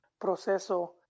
proceso